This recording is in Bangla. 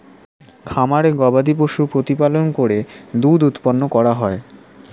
খামারে গবাদিপশু প্রতিপালন করে দুধ উৎপন্ন করা হয়